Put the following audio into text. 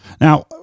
Now